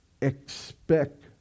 Expect